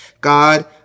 God